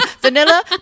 vanilla